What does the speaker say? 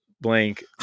Blank